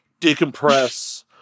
decompress